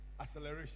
acceleration